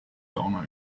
sauna